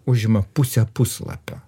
užima pusę puslapio